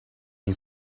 این